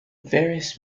various